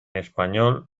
español